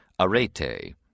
arete